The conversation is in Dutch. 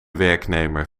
werknemer